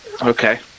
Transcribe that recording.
okay